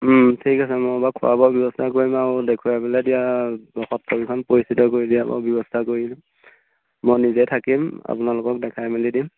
ঠিক আছে মই বাৰু খোৱা বোৱা ব্যৱস্থা কৰিম আৰু দেখুৱাবলৈ দিয়া সত্ৰকেইখন পৰিচিত কৰি দিয়া মই ব্যৱস্থা কৰি দিম মই নিজেই থাকিম আপোনালোকক দেখাই মেলি দিম